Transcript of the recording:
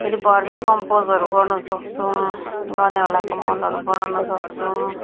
फेरि भर्मी कम्पोस्टहरू गर्नु सक्छौँ गनेउलाको मलहरू बनाउन सक्छौँ